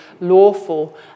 lawful